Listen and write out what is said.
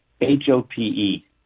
H-O-P-E